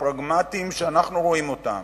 הפרגמטיים שאנחנו רואים אותם.